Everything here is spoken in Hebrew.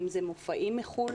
אם אלה מופעים מחוץ לארץ,